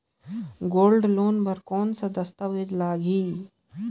Gold loan बर कौन का दस्तावेज लगही?